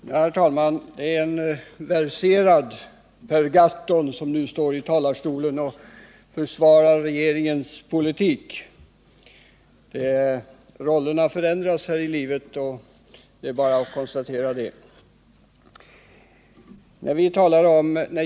Herr talman! Det är en verserad Per Gahrton som nu står i talarstolen och försvarar regeringens politik. Rollerna förändras här i livet. Det är bara att konstatera detta.